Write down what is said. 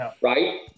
right